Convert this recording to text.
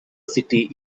city